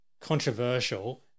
controversial